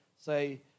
say